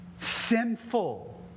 sinful